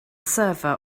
server